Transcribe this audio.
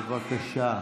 בבקשה.